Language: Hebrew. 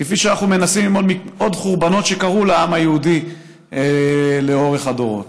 כפי שאנחנו מנסים ללמוד מעוד חורבנות שקרו לעם היהודי לאורך הדורות.